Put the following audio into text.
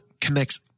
connects